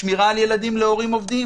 שמירה על ילדים להורים עובדים